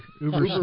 Uber